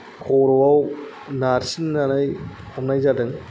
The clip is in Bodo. खर'आव नारसिननानै हमनाय जादों